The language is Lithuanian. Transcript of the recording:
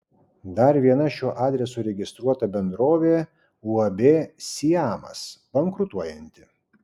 dar viena šiuo adresu registruota bendrovė uab siamas bankrutuojanti